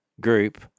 group